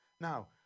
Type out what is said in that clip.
Now